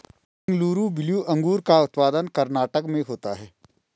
Bengaluru blue अंगूर का उत्पादन कर्नाटक में होता है